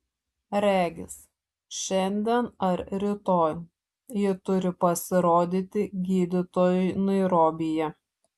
regis šiandien ar rytoj ji turi pasirodyti gydytojui nairobyje